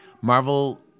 Marvel